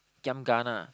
giam gana